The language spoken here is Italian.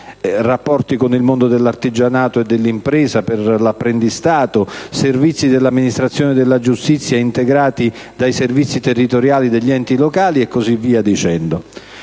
rapporti con il mondo dell'artigianato e dell'impresa per l'apprendistato, servizi dell'Amministrazione della giustizia integrati dai servizi territoriali degli enti locali, e così via. Cito